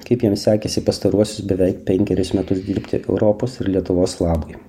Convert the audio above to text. kaip jiems sekėsi pastaruosius beveik penkerius metus dirbti europos ir lietuvos labui